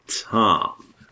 Tom